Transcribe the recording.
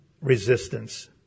Resistance